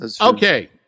Okay